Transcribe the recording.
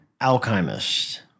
alchemist